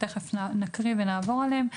תיכף נקרא ונעבור עליהם.